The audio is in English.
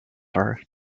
her